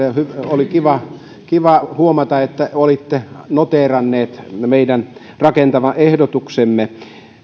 ja oli kiva kiva huomata että olitte noteeranneet meidän rakentavan ehdotuksemme